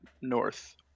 north